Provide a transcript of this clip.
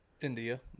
India